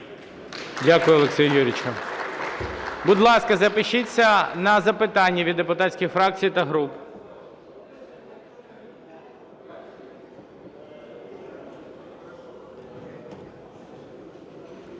Дякую, Олексію Юрійовичу.